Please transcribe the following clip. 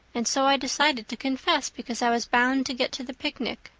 and so i decided to confess because i was bound to get to the picnic.